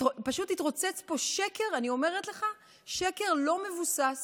פשוט התרוצץ פה שקר, אני אומרת לך, שקר לא מבוסס